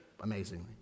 amazingly